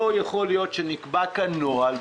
לא יכול להיות שנקבע כאן נוהל,